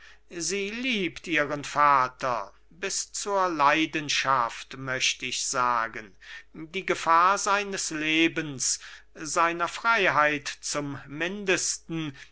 sie liebt ihren vater bis zur leidenschaft möcht ich sagen die gefahr seines lebens seiner freiheit zum mindesten die